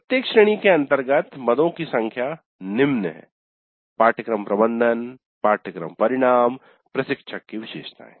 प्रत्येक श्रेणी के अंतर्गत मदों की संख्या निम्न है पाठ्यक्रम प्रबंधन पाठ्यक्रम परिणाम प्रशिक्षक की विशेषताएं